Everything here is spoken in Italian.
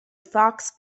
fox